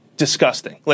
Disgusting